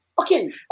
Okay